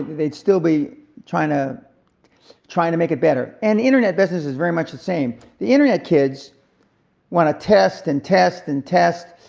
they'd still be trying to trying to make it better. and internet business is very much the same. the internet kids want to test and test, and test.